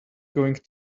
going